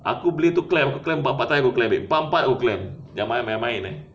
aku beli itu clam aku clam empat-empat tayar aku clam babe empat-empat aku clam jangan main-main eh